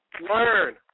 Learn